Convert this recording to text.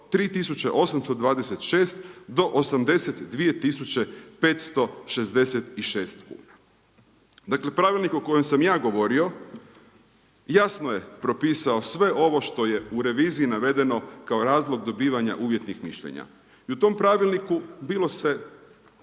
od 3826 do 82566 kuna. Dakle, Pravilnik o kojem sam ja govorio jasno je propisao sve ovo što je u reviziji navedeno kao razlog dobivanja uvjetnih mišljenja. I u tom pravilniku bilo se